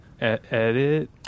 Edit